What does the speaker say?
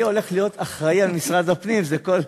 אני הולך להיות אחראי למשרד הפנים, שזה כל,